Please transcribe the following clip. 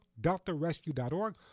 DeltaRescue.org